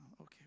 Okay